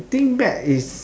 think back is